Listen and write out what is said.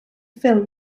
film